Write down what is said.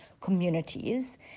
communities